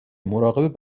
مراقب